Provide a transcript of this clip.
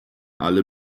alle